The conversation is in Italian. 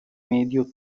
medio